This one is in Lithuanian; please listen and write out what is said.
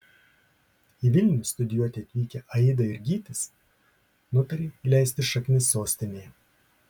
į vilnių studijuoti atvykę aida ir gytis nutarė įleisti šaknis sostinėje